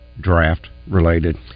draft-related